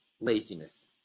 laziness